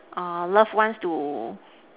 loved ones to